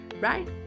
right